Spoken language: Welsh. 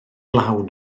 lawn